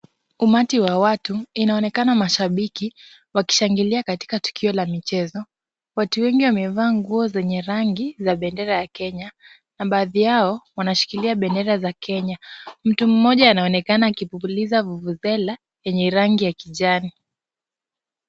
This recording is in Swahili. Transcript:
Umati wa watu, inaonekana mashabiki wakishangilia katika tukio la michezo, watu wengi wamevaa nguo zenye rangi za bendera ya Kenya na baadhi yao wanashikilia bendera ya Kenya. Mtu mmoja anaonekana akipuliza vuvuzela yenye rangi ya kijani